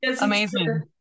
Amazing